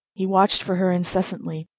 he watched for her incessantly,